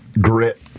grit